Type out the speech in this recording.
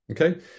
Okay